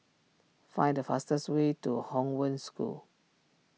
find the fastest way to Hong Wen School